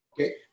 Okay